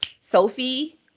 Sophie